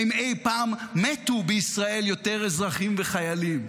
האם אי-פעם מתו בישראל יותר אזרחים וחיילים?